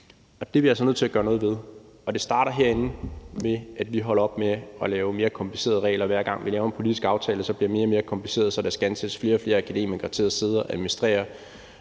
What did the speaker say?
Det er vi altså nødt til at gøre noget ved, og det starter herinde med, at vi holder op med at lave mere komplicerede regler, hver gang vi laver en politisk aftale, der så bliver mere og mere kompliceret, så der skal ansættes flere og flere akademikere til at sidde og administrere